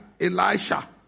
Elisha